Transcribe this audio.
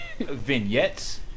vignettes